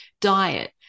diet